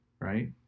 right